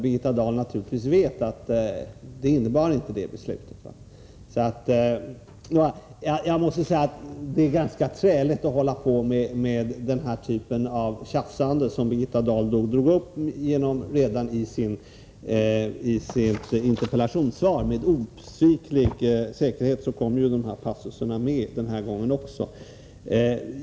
Birgitta Dahl vet naturligtvis att det beslutet inte hade den innebörden. Den typ av tjafsande som Birgitta Dahl ägnade sig åt redan i sitt interpellationssvar är ganska trälig — med osviklig säkerhet kommer ju de passusar som det handlar om med den här gången också.